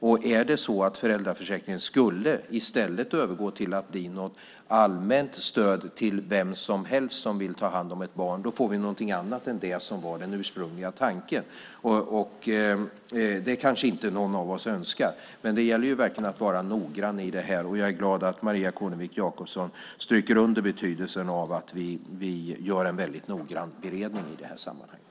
Om föräldraförsäkringen i stället skulle övergå till att bli ett allmänt stöd till vem som helst som vill ta hand om ett barn får vi någonting annat än det som var den ursprungliga tanken, och det kanske inte någon av oss önskar. Det gäller verkligen att vara noggrann i det här. Jag är glad att Maria Kornevik Jakobsson stryker under betydelsen av att vi gör en väldigt noggrann beredning i det här sammanhanget.